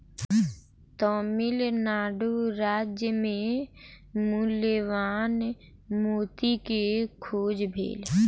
तमिल नाडु राज्य मे मूल्यवान मोती के खोज भेल